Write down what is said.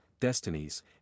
destinies